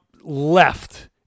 left